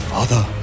Father